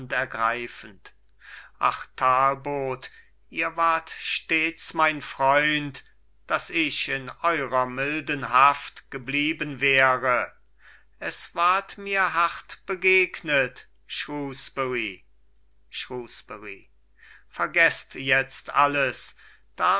ergreifend ach talbot ihr wart stets mein freund daß ich in eurer milden haft geblieben wäre es ward mir hart begegnet shrewsbury shrewsbury vergeßt jetzt alles